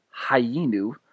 Hayinu